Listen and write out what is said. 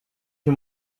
you